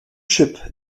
clip